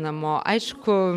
namo aišku